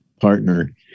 partner